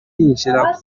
yinjira